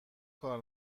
کار